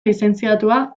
lizentziatua